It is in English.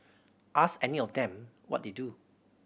ask any of them what they do